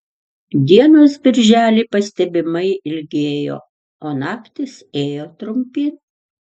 dienos birželį pastebimai ilgėjo o naktys ėjo trumpyn